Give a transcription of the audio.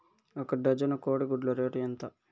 ఒక డజను కోడి గుడ్ల రేటు ఎంత?